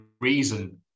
reason